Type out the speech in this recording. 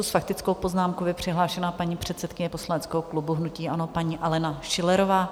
S faktickou poznámkou je přihlášena paní poslankyně poslaneckého klubu hnutí ANO, paní Alena Schillerová.